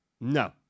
No